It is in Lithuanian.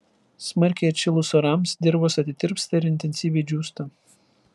smarkiai atšilus orams dirvos atitirpsta ir intensyviai džiūsta